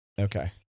okay